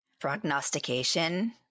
Prognostication